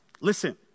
Listen